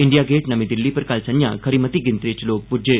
India Gate नमीं दिल्ली पर कल संझां खरी मती गिनतरी च लोक पुज्जे